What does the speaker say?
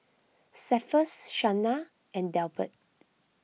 Cephus Shana and Delbert